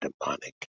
demonic